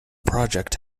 project